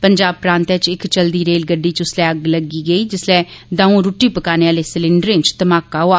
पंजाब प्रांतै च इक चलदी रेलगड्डी च उसलै अग्ग लगी गेई जिसलै दऊ रूट्टी पकाने आले सिलेंडरे च धमाका होआ